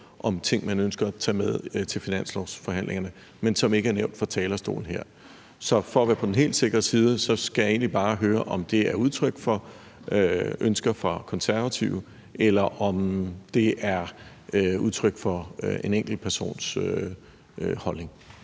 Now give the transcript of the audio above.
om ting, man ønsker at tage med til finanslovsforhandlingerne, men som ikke er nævnt fra talerstolen her. Så for at være på den helt sikre side skal jeg egentlig bare høre, om det er udtryk for ønsker fra Konservative, eller om det er udtryk for en enkelt persons holdning.